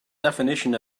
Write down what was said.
definition